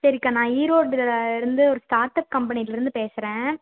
சரிகா நான் ஈரோட்டில் இருந்து ஒரு ஸ்டார் அப் கம்பெனியிலருந்து பேசுறேன்